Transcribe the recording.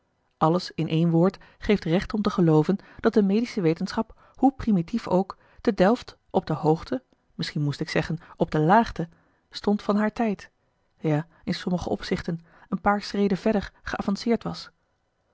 alles in één woord geeft recht om te gelooven dat de medische wetenschap hoe primitief ook te delft op de hoogte misschien moest ik zeggen op de laagte stond van haar tijd ja in sommige opzichten een paar schreden verder geavanceerd was